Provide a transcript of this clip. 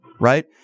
Right